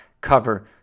cover